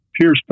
Pierce